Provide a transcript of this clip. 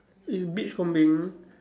is beach combing